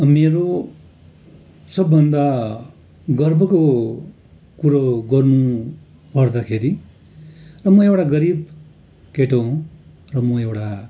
मेरो सबभन्दा गर्वको कुरो गर्नु पर्दाखेरि र म एउटा गरिब केटो हुँ र म एउटा